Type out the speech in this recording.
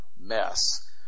mess